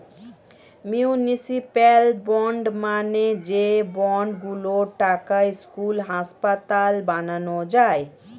municipal bond মানে যে bond গুলোর টাকায় স্কুল, হাসপাতাল বানানো যায়